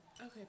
Okay